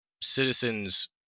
citizens